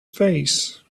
face